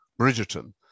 Bridgerton